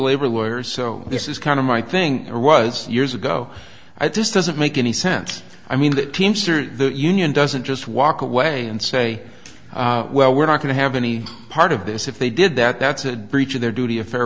labor lawyer so this is kind of my thing or was years ago i just doesn't make any sense i mean that teams are the union doesn't just walk away and say well we're not going to have any part of this if they did that that's a breach of their duty a fair